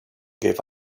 gave